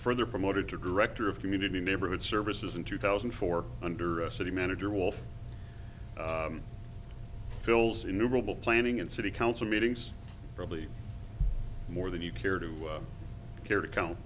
further promoted to director of community neighborhood services in two thousand and four under a city manager wolf fills in noble planning and city council meetings probably more than you care to care to count